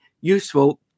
useful